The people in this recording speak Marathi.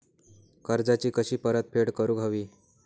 कर्जाची कशी परतफेड करूक हवी?